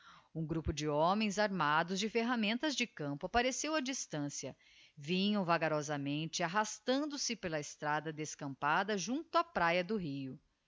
um grupo de homens armados de ferramentas de campo appareceu á distancia vinham vagarosamente arrastando-se pela estrada descampada junto á praia do rio